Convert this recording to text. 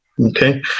Okay